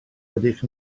rydych